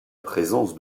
présence